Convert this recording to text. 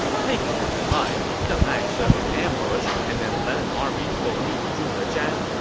taking this advice, deng ai set up an ambush and then led an army to go meet zhuge zhan.